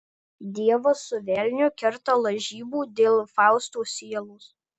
dievas su velniu kerta lažybų dėl fausto sielos